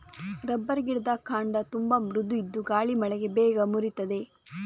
rubber ಗಿಡದ ಕಾಂಡ ತುಂಬಾ ಮೃದು ಇದ್ದು ಗಾಳಿ ಮಳೆಗೆ ಬೇಗ ಮುರೀತದೆ